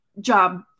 job